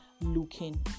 looking